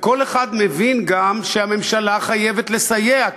כל אחד מבין גם שהממשלה חייבת לסייע,